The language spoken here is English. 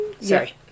Sorry